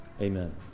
Amen